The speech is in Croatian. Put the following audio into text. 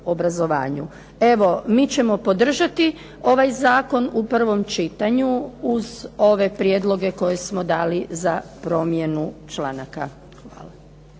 Evo, mi ćemo podržati ovaj zakon u prvom čitanju uz ove prijedloge koje smo dali za promjenu članaka. Hvala.